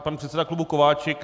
Pan předseda klubu Kováčik?